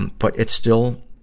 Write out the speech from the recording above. and but it's still,